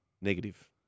Negative